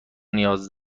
نیاز